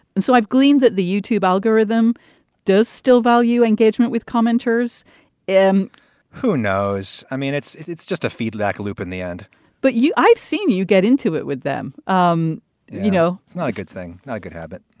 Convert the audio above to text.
and so i've gleaned that the youtube algorithm does still value engagement with commenters and who knows? i mean, it's it's it's just a feedback loop in the end but you i've seen you get into it with them. um you know, it's not a good thing, not a good habit.